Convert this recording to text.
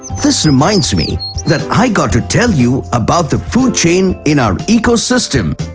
this reminds me that i gotta tell you about the food chain in our ecosystem.